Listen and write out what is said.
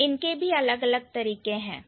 इनके भी अलग अलग तरीके होते हैं